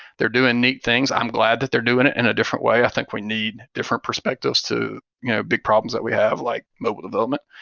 they're doing neat things. i'm glad that they're doing it in a different way. i think we need different perspectives to big problems that we have like mobile development.